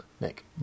Nick